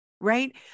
Right